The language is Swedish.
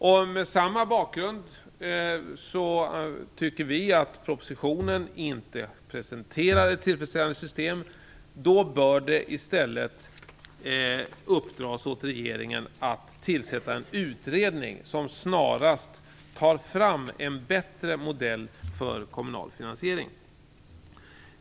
Med anledning av att vi tycker att propositionen inte presenterar ett tillfredsställande system anser vi att det i stället bör uppdras åt regeringen att tillsätta en utredning som snarast tar fram en bättre modell för kommunal finansiering.